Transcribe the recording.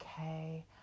okay